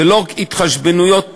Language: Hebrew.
וזה לא התחשבנויות פוליטיות,